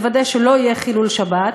לוודא שלא יהיה חילול שבת.